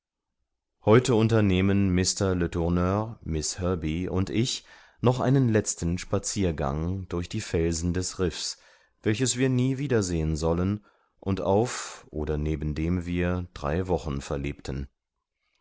heute unternehmen mr letourneur miß herbey und ich noch einen letzten spaziergang durch die felsen des riffs welches wir nie wiedersehen sollen und auf oder neben dem wir drei wochen verlebten